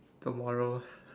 tomorrow